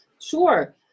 Sure